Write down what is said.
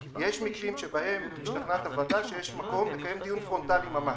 יש מקרים שבהם משתכנעת הוועדה שיש מקום לקיים דיון פרונטלי ממש.